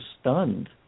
stunned